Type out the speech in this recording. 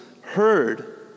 heard